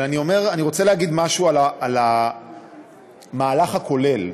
אבל אני רוצה להגיד משהו על המהלך הכולל,